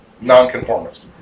non-conformist